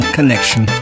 Connection